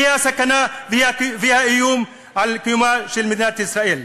היא הסכנה והיא האיום על קיומה של מדינת ישראל.